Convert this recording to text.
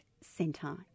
Centre